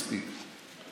מספיק.